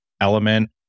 element